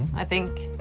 i think.